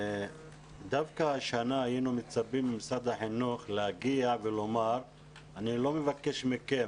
שדווקא השנה היינו מצפים ממשרד החינוך לומר אני לא מבקש מכם